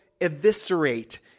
eviscerate